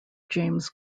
james